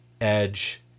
Edge